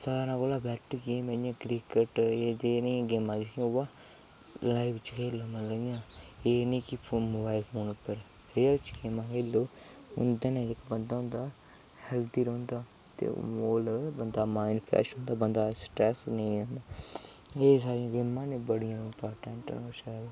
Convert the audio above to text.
सारें शा better game ऐ एह् क्रिकेट एह् नेही गेम्मां लाईफ च खेलनी चाहिदियां एह् नीं मोबाईल फोन उप्पर च गेमां खेलो हुंदै कन्नै बंदा जेह्ड़ा होंदा बंदा दा माईंड फ्रैश रौंह्दा स्ट्रैस नीं होंदा एह् सारियां गेम्मां बड़ियां इम्पाटैंट न